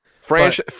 French